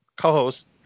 co-host